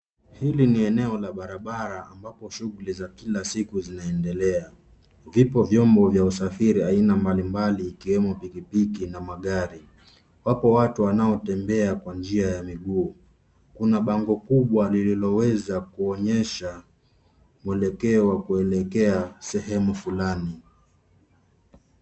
Hili ni eneo la barabara ambapo shughuli za kila siku zinaendelea. Vipo vyombo vya usafiri aina mbalimbali ikiwemo pikipiki na magari. Wapo watu wanaotembea kwa njia ya miguu. Kuna bango kubwa lililoweza kuonyesha mwelekeo wa kuelekea sehemu fulani.